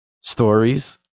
stories